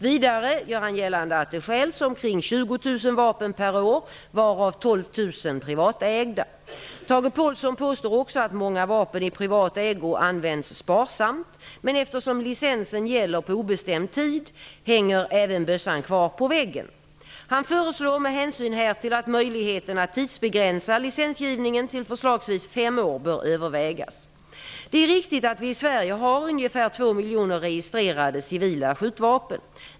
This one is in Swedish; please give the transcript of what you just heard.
Vidare gör han gällande att det stjäls omkring Påhlsson påstår också att många vapen i privat ägo används sparsamt, men eftersom licensen gäller på obestämd tid ''hänger även bössan kvar på väggen''. Han föreslår med hänsyn härtill att möjligheten att tidsbegränsa licensgivningen till förslagsvis fem år bör övervägas. Det är riktigt att vi i Sverige har ungefär två miljoner registrerade civila skjutvapen.